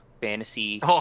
fantasy